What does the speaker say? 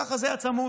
ככה זה היה צמוד.